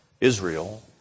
Israel